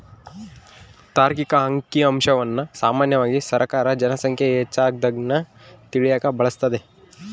ತಾರ್ಕಿಕ ಅಂಕಿಅಂಶವನ್ನ ಸಾಮಾನ್ಯವಾಗಿ ಸರ್ಕಾರ ಜನ ಸಂಖ್ಯೆ ಹೆಚ್ಚಾಗದ್ನ ತಿಳಿಯಕ ಬಳಸ್ತದೆ